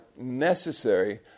necessary